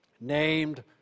named